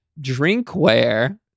drinkware